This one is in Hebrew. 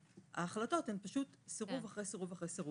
ההחלטות הן פשוט סירוב אחרי סירוב.